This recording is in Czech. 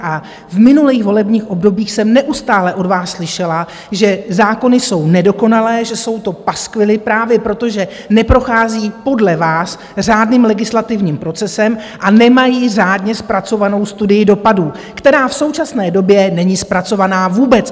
V minulých volebních obdobích jsem neustále od vás slyšela, že zákony jsou nedokonalé, že jsou to paskvily právě proto, že neprochází podle vás řádným legislativním procesem a nemají řádně zpracovanou studii dopadů, která v současné době není zpracovaná vůbec.